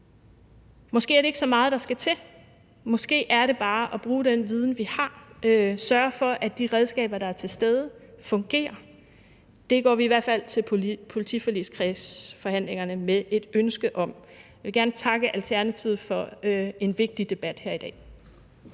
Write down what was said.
Måske er det ikke så meget, der skal til. Måske er det bare at bruge den viden, vi har, og sørge for, at de redskaber, der er til stede, fungerer. Det går vi i hvert fald til politiforligskredsforhandlingerne med et ønske om. Jeg vil gerne takke Alternativet for en vigtig debat her i dag.